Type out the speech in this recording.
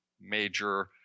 major